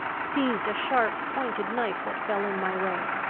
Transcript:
seized a sharp-pointed knife that fell in my way,